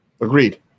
agreed